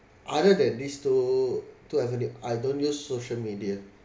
other than these two to answer you I don't use social media